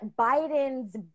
Biden's